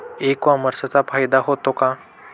E कॉमर्सचा फायदा होतो का?